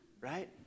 right